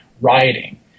rioting